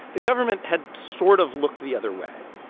the government had sort of looked the other way.